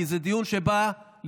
כי זה היה דיון שבא לבחון,